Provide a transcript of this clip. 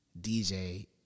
DJ